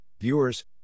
Viewers